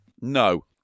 No